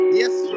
yes